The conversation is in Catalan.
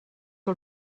que